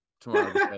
tomorrow